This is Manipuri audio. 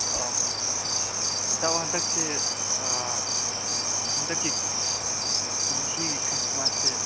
ꯑꯧ ꯏꯇꯥꯎ ꯍꯟꯗꯛꯁꯦ ꯍꯟꯗꯛꯀꯤ ꯀꯨꯝꯁꯤꯒꯤ ꯈ꯭ꯔꯤꯁꯃꯥꯁꯁꯦ